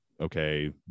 okay